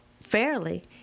fairly